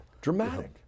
dramatic